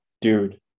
Dude